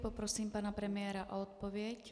Poprosím pana premiéra o odpověď.